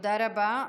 תודה רבה.